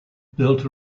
built